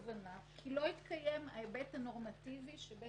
בכוונת מכוון הכנסנו להצעת החוק את הקנטור הנורמטיבי,